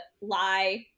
lie